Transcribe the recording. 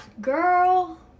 girl